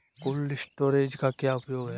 Cold storage का क्या उपयोग है?